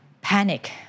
panic